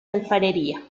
alfarería